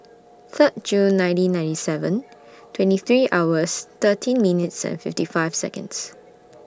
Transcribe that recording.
Third June nineteen ninety seven twenty three hours thirteen minutes and fifty five Seconds